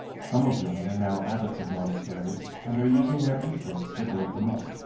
some of them are now abbots of monasteries and are using their influence to build them up.